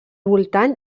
voltant